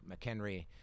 McHenry